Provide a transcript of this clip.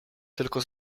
tylko